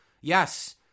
Yes